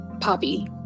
Poppy